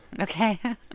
Okay